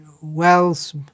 wealth